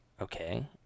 Okay